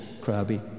crabby